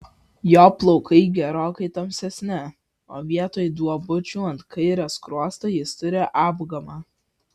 jo plaukai gerokai tamsesni o vietoj duobučių ant kairio skruosto jis turi apgamą